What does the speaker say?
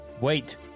wait